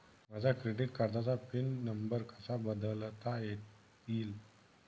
माझ्या क्रेडिट कार्डचा pin number कसा बदलता येईल?